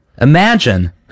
Imagine